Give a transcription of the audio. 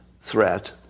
threat